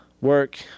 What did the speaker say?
work